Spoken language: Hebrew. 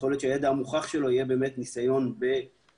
יכול להיות שהידע המוכח שלו יהיה ניסיון בהכשרה